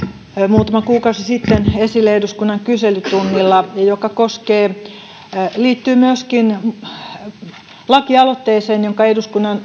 muutama kuukausi sitten esille eduskunnan kyselytunnilla ja joka liittyy myöskin lakialoitteeseen jonka eduskunnan